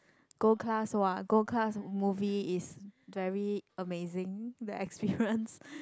Gold Class !wah! Gold Class movie is very amazing the experience